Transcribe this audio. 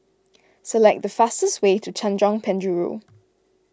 select the fastest way to Tanjong Penjuru